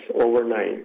overnight